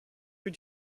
your